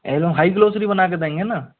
एक दम high glossary बना के देंगे ना